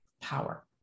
Power